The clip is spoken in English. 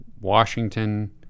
Washington